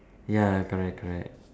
ya correct correct